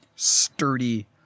Sturdy